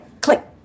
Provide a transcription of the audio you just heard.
click